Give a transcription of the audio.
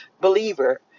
believer